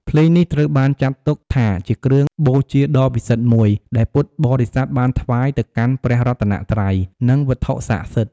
ភ្លេងនេះត្រូវបានចាត់ទុកថាជាគ្រឿងបូជាដ៏ពិសិដ្ឋមួយ ដែលពុទ្ធបរិស័ទបានថ្វាយទៅកាន់ព្រះរតនត្រ័យ និងវត្ថុស័ក្តិសិទ្ធិ។